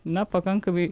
na pakankamai